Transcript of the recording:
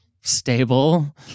stable